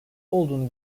olduğunu